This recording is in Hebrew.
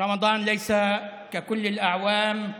רמדאן לא ככל השנים,